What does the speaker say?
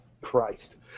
Christ